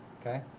Okay